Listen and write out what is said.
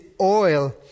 oil